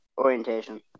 orientation